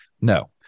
no